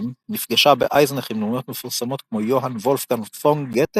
נפגשה באייזנך עם דמויות מפורסמות כמו יוהאן וולפגנג פון גתה